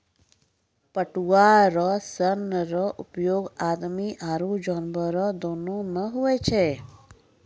पटुआ रो सन रो उपयोग आदमी आरु जानवर दोनो मे हुवै छै